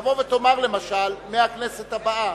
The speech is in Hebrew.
תבוא ותאמר למשל שמהכנסת הבאה,